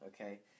okay